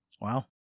Wow